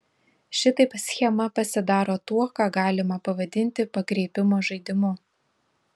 šitaip schema pasidaro tuo ką galima pavadinti pakreipimo žaidimu